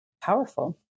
powerful